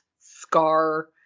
scar